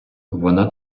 вона